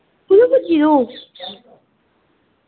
पुज्जी तू